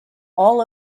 all